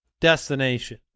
destination